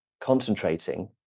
concentrating